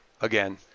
again